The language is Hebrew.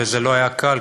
וזה לא היה קל,